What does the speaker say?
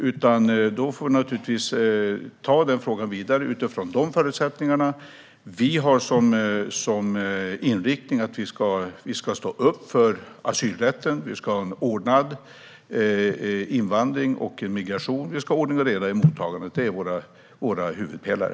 Frågorna får tas vidare utifrån dessa förutsättningar. Vi har som inriktning att vi ska stå upp för asylrätten. Det ska vara en ordnad invandring och migration, och det ska vara ordning och reda i mottagandet. Det är våra huvudpelare.